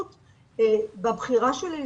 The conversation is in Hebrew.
ולכן גם מבקרים אצלנו מהארץ ומהעולם כי